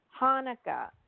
Hanukkah